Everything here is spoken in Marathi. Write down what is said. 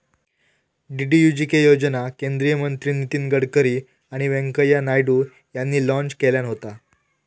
डी.डी.यू.जी.के योजना केंद्रीय मंत्री नितीन गडकरी आणि व्यंकय्या नायडू यांनी लॉन्च केल्यान होता